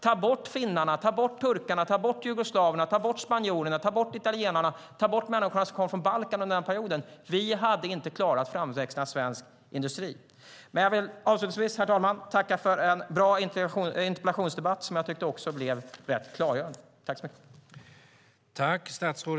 Ta bort finnarna, turkarna, jugoslaverna, spanjorerna, italienarna och människorna som kom från Balkan under den perioden. Vi hade inte klarat framväxten av svensk industri. Herr talman! Jag vill avslutningsvis tacka för en bra interpellationsdebatt som jag också tyckte blev rätt klargörande.